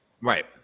right